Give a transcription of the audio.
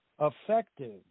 effective